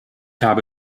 habe